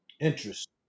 interest